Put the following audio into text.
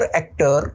actor